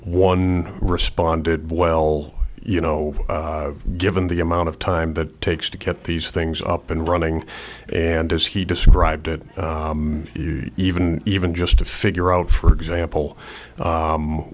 one responded well you know given the amount of time that takes to get these things up and running and as he described it even even just to figure out for example